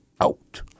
out